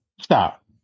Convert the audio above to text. stop